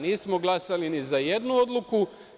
Nismo glasali ni za jednu odluku.